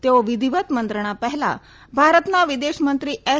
તેઓ વિધિવત મંત્રણા પહેલા ભારતના વિદેશમંત્રી એસ